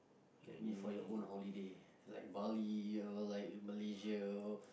let me for your own holiday like bali like Malaysia all